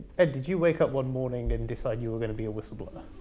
ed, did you wake up one morning and decide you are going to be a whistleblower?